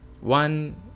one